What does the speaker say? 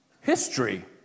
history